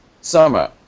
summer